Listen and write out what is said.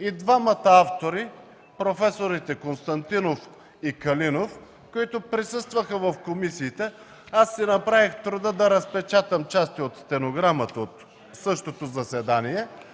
и двамата автори – професорите Константинов и Калинов, които присъстваха в комисиите. Аз си направих труда да разпечатам части от стенограмата от заседанието.